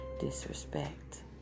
disrespect